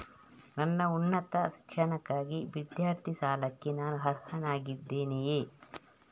ನನ್ನ ಉನ್ನತ ಶಿಕ್ಷಣಕ್ಕಾಗಿ ವಿದ್ಯಾರ್ಥಿ ಸಾಲಕ್ಕೆ ನಾನು ಅರ್ಹನಾಗಿದ್ದೇನೆಯೇ?